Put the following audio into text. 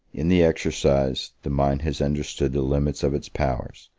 in the exercise, the mind has understood the limits of its powers,